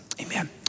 amen